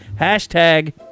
Hashtag